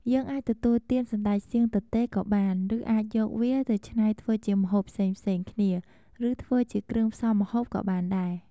យើងអាចទទួលទានសណ្តែកសៀងទទេក៏បាន ឬ អាចយកវាទៅឆ្នៃធ្វើជា ម្ហូបផ្សេងៗគ្នា ឬ ធ្វើជាគ្រឿងផ្សំម្ហូបក៏បានដែរ។